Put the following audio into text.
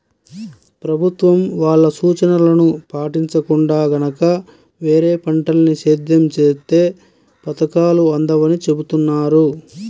ప్రభుత్వం వాళ్ళ సూచనలను పాటించకుండా గనక వేరే పంటల్ని సేద్యం చేత్తే పథకాలు అందవని చెబుతున్నారు